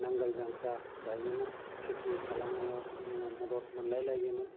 नांगोल जांख्रा जायोमोन खेति खालामनायाव जोङो मदद मोनलाय लायोमोन